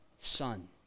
son